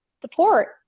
support